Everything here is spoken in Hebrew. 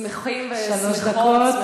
שלוש דקות.